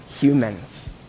humans